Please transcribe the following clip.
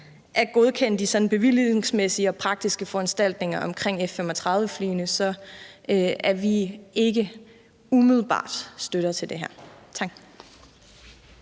at godkende de sådan bevillingsmæssige og praktiske foranstaltninger omkring F-35-flyene, støtter vi ikke umiddelbart det her.